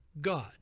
God